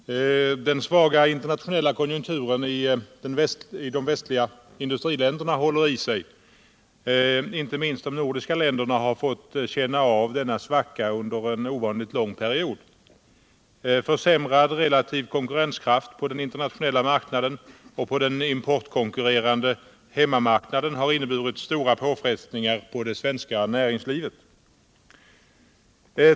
Herr talman! Den svaga internationella konjunkturen i de västliga industriländerna håller i sig. Inte minst de nordiska länderna har fått känna av denna svacka under en ovanligt lång period. Försämrad relativ konkurrenskraft på den internationella marknaden och på den importkonkurrerande hemmamarknaden har inneburit stora påfrestnningar på det svenska näringslivet.